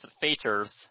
features